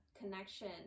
connection